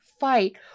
fight